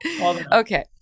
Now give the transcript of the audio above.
Okay